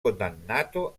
condannato